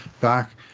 back